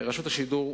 רשות השידור,